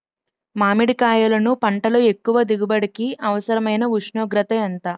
మామిడికాయలును పంటలో ఎక్కువ దిగుబడికి అవసరమైన ఉష్ణోగ్రత ఎంత?